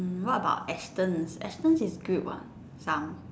mm what about Astons Astons is good what some